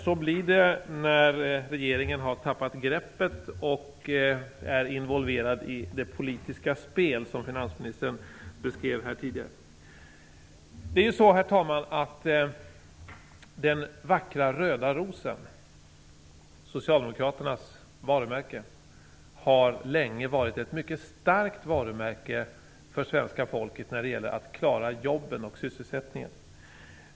Så blir det när regeringen har tappat greppet och är involverad i det politiska spel som finansministern beskrev tidigare. Herr talman! Den vackra röda rosen är Socialdemokraternas varumärke. Den har länge varit ett mycket starkt varumärke för svenska folket när det gäller att man skall komma till rätta med jobben och sysselsättningen.